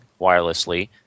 wirelessly